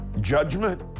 judgment